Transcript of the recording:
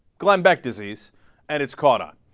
glenn beck disease and it's caught up